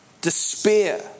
despair